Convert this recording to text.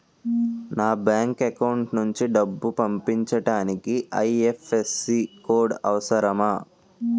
నా bank account నుంచి డబ్బు పంపించడానికి ఐ.ఎఫ్.ఎస్.సి కోడ్ అవసరమా?